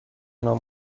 نام